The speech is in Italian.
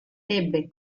ebbe